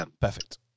Perfect